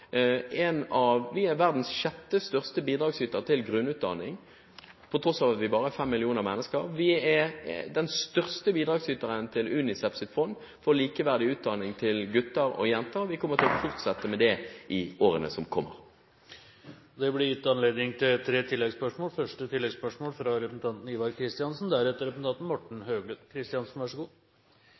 verdens sjette største bidragsyter til grunnutdanning på tross av at vi bare er fem millioner mennesker. Vi er den største bidragsyteren til UNICEFs fond for likeverdig utdanning til gutter og jenter, og vi kommer til å fortsette med det i årene som kommer. Det blir gitt anledning til tre